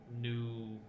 new